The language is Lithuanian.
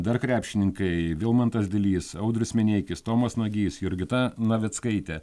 dar krepšininkai vilmantas dilys audrius mineikis tomas nagys jurgita navickaitė